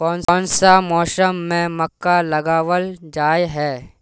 कोन सा मौसम में मक्का लगावल जाय है?